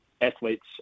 athletes